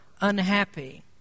unhappy